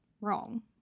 wrong